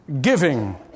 giving